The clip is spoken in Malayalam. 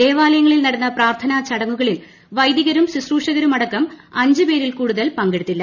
ദേവാലയങ്ങളിൽ നടന്ന പ്രാർത്ഥനാ ചടങ്ങുകളിൽ വൈദികരും ശുശ്രൂഷകരുമടക്കം അഞ്ച് പേരിൽ കൂടുതൽ പങ്കെടുത്തില്ല